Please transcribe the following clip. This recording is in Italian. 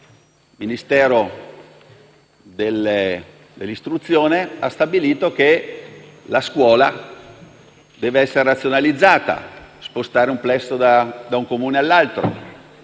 il Ministero dell'istruzione ha stabilito che la scuola deve essere razionalizzata, si deve spostare un plesso da un Comune all'altro,